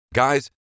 Guys